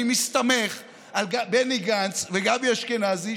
אני מסתמך על בני גנץ וגבי אשכנזי,